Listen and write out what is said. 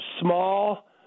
small